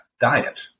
diet